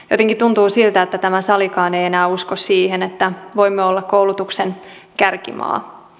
jotenkin tuntuu siltä että tämä salikaan ei enää usko siihen että voimme olla koulutuksen kärkimaa